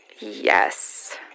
Yes